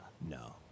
No